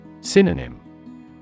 Synonym